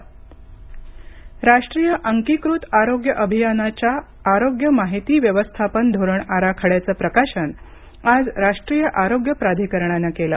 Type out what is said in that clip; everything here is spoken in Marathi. आरोग्य धोरण आराखडा राष्ट्रीय अंकीकृत आरोग्य अभियानाच्या आरोग्य माहिती व्यवस्थापन धोरण आराखड्याचं प्रकाशन आज राष्ट्रीय आरोग्य प्राधिकरणानं केलं